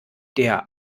der